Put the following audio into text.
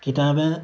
کتابیں